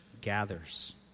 gathers